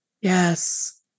Yes